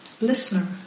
listener